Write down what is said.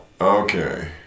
Okay